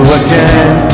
again